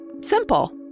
Simple